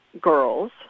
girls